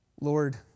Lord